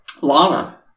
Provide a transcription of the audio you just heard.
Lana